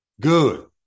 Good